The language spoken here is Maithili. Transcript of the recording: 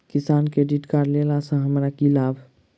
किसान क्रेडिट कार्ड लेला सऽ हमरा की लाभ?